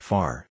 Far